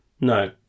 No